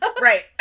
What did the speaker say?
Right